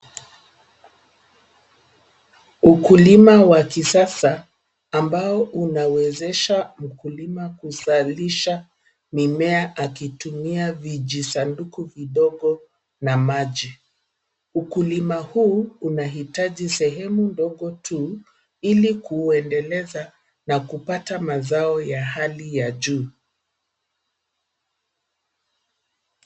Ukulima wa kisasa ambao unawezesha mkulima kuzalisha mimea akitumia vijisanduku vidogo na maji. Ukulima huu unahitaji sehemu ndogo tu ili kuendeleza na kupata mazao ya hali ya juu.